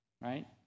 right